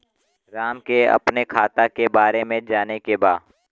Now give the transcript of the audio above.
राम के अपने खाता के बारे मे जाने के बा?